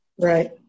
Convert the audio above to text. Right